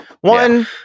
one